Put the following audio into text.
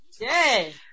Yay